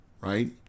right